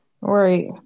right